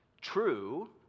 true